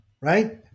right